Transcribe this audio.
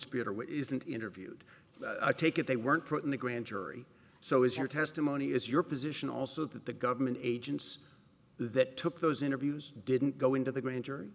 spirator which isn't interviewed i take it they weren't put in the grand jury so is your testimony is your position also that the government agents that took those interviews didn't go into the gran